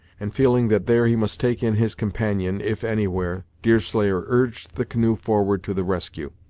and feeling that there he must take in his companion, if anywhere, deerslayer urged the canoe forward to the rescue.